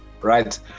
right